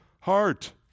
heart